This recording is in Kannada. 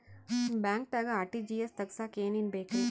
ಬ್ಯಾಂಕ್ದಾಗ ಆರ್.ಟಿ.ಜಿ.ಎಸ್ ತಗ್ಸಾಕ್ ಏನೇನ್ ಬೇಕ್ರಿ?